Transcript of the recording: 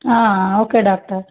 okay doctor